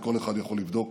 וכל אחד יכול לבדוק